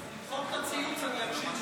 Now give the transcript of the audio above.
תמחק את הציוץ, אני אקשיב לך.